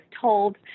told